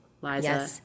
liza